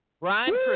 Ryan